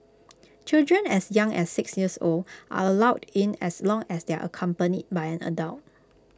children as young as six years old are allowed in as long as they are accompanied by an adult